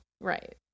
Right